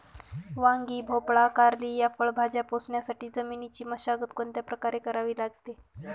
वांगी, भोपळा, कारली या फळभाज्या पोसण्यासाठी जमिनीची मशागत कोणत्या प्रकारे करावी लागेल?